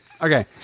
Okay